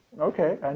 okay